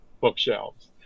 bookshelves